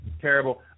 Terrible